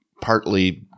partly